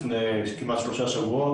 זה נחתם לפני שלושה שבועות.